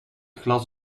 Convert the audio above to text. glas